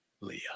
Leah